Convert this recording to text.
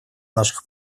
наших